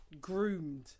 groomed